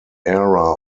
era